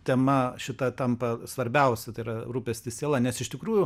tema šita tampa svarbiausia tai yra rūpestis siela nes iš tikrųjų